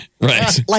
Right